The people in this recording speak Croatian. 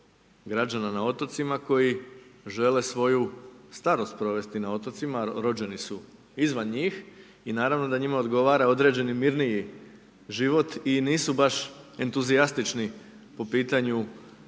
građana na otocima koji žele svoju starost provesti na otocima, a rođeni su izvan njih i naravno da njima odgovara određeni mirniji život i nisu baš entuzijastični po pitanju nekih